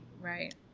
Right